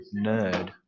nerd